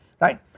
Right